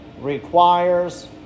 requires